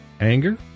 anger